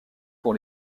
pour